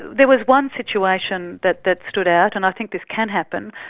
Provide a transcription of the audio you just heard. there was one situation that that stood out, and i think this can happen,